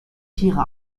tiere